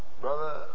Brother